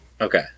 Okay